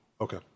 Okay